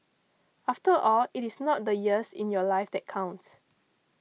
after all it is not the years in your life that count